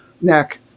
neck